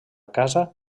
casa